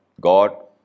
God